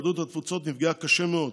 יהדות התפוצות נפגעה קשה מאוד.